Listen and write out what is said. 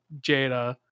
Jada